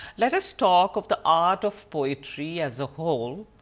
let us talk of the art of poetry as a whole,